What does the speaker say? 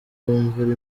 bumvira